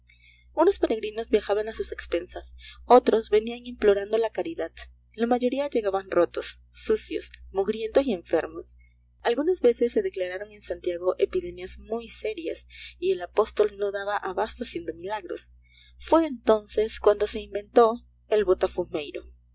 unos peregrinos viajaban a sus expensas otros venían implorando la caridad la mayoría llegaban rotos sucios mugrientos y enfermos algunas veces se declararon en santiago epidemias muy serias y el apóstol no daba abasto haciendo milagros fue entonces cuando se inventó el